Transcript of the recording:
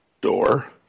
door